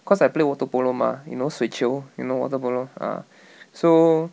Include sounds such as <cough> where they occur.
cause I play water polo mah you know 水球 you know water polo ah <breath> so